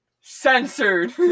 Censored